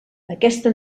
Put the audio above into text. aquesta